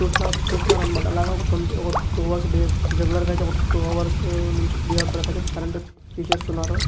చూస్తునారు చూస్తున్నారన్నమాట అలాగా ఒక ట్వంటీ అవర్ టూ అవర్స్ డేర్ష్ జనరల్గా అయితే ఒక టూ అవర్స్ నుంచి త్రీ అవర్స్ వరకైతే కరెంట్ తీసేస్తున్నారు